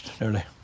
nearly